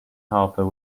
harper